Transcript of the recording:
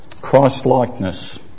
Christlikeness